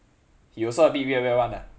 he also a bit weird weird [one] ah